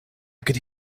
could